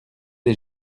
des